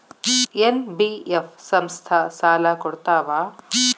NBF ಸಂಸ್ಥಾ ಸಾಲಾ ಕೊಡ್ತಾವಾ?